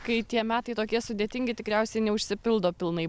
kai tie metai tokie sudėtingi tikriausiai neužsipildo pilnai